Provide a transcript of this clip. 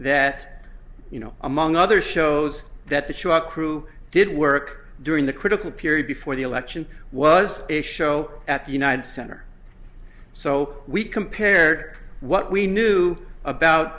that you know among other shows that the shot crew did work during the critical period before the election was a show at the united center so we compared what we knew about